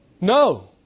No